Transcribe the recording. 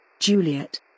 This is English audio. Juliet